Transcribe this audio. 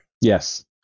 Yes